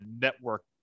network